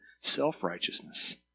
self-righteousness